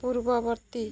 ପୂର୍ବବର୍ତ୍ତୀ